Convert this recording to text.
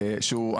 שהוא,